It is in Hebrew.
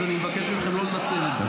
אז אני מבקש מכם לא לנצל את זה.